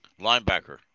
Linebacker